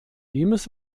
limes